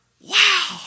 Wow